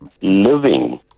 living